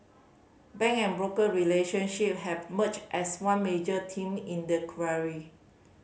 bank and broker relationship have merged as one major team in the